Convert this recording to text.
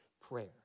prayer